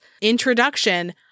introduction